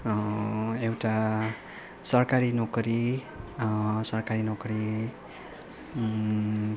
एउटा सरकारी नोकरी सरकारी नोकरी